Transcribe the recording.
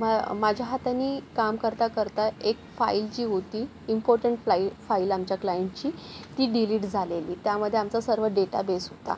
म माझ्या हातानी काम करता करता एक फाईल जी होती इम्पॉर्टंट फ्लाई फाईल आमच्या क्लायंटची ती डिलीट झालेली त्यामध्ये आमचा सर्व डेटाबेस होता